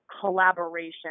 collaboration